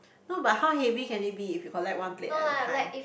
no but how having can it be if you collect one play at a time